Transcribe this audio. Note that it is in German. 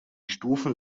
stufen